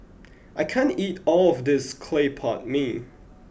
I can't eat all of this Claypot Mee